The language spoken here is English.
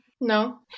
No